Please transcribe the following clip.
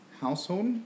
household